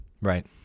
Right